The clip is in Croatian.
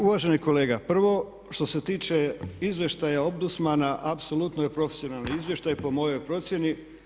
Uvaženi kolega, prvo što se tiče izvještaja ombudsmana apsolutno je profesionalni izvještaj po moj procjeni.